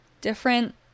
Different